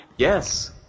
Yes